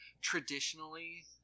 traditionally